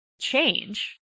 change